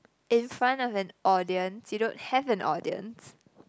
in front of an audience you don't have an audience